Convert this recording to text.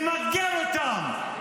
למגר אותם,